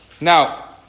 Now